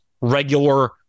regular